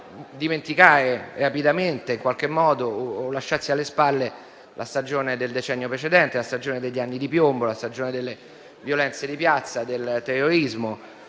dimenticare rapidamente e lasciarsi alle spalle la stagione del decennio precedente, la stagione degli anni di piombo, la stagione delle violenze di piazza e del terrorismo.